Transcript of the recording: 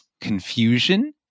confusion